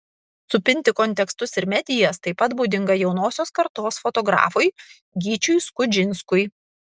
supinti kontekstus ir medijas taip pat būdinga jaunosios kartos fotografui gyčiui skudžinskui